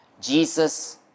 Jesus